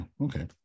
okay